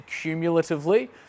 cumulatively